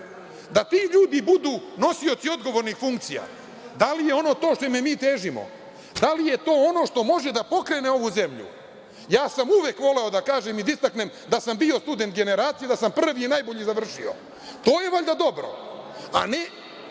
Da ti ljudi budu nosioci odgovornih funkcija? Da li je to ono čemu mi težimo? Da li je to ono što može da pokrene ovu zemlju? Ja sam uvek voleo da kažem i da istaknem da sam bio student generacije, da sam prvi i najbolji završio. To je valjda dobro,